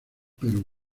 perú